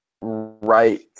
right